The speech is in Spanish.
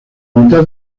mitad